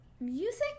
music